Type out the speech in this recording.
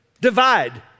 divide